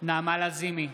נעמה לזימי,